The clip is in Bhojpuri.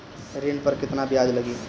ऋण पर केतना ब्याज लगी?